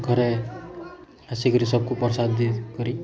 ଘରେ ଆସିକିରି ସବ୍କୁ ପ୍ରସାଦ୍ ଦେଇକରି